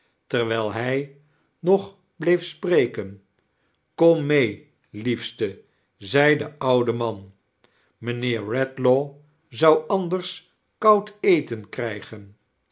terwijl hij nog bleef spreken kom mee liefste zei de oude man mgnlie'er redlaw zou anders kcmud eten kregen